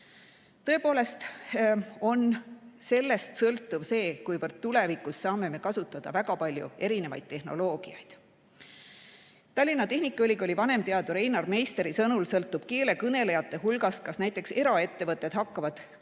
Tõepoolest sellest sõltub, kui palju me tulevikus saame kasutada väga paljusid erinevaid tehnoloogiaid. Tallinna Tehnikaülikooli vanemteaduri Einar Meisteri sõnul sõltub keele kõnelejate hulgast, kas näiteks eraettevõtted hakkavad tegema